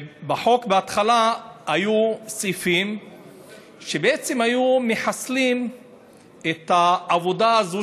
בחוק בהתחלה היו סעיפים שבעצם היו מחסלים את העבודה הזו